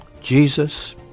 Jesus